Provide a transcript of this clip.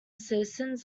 citizens